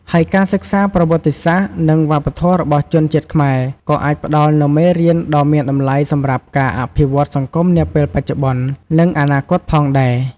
ហើយការសិក្សាប្រវត្តិសាស្រ្ត និងវប្បធម៌របស់ជាតិខ្មែរ ក៏អាចផ្តល់នូវមេរៀនដ៏មានតម្លៃសម្រាប់ការអភិវឌ្ឍសង្គមនាពេលបច្ចុប្បន្ន និងអនាគតផងដែរ។